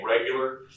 regular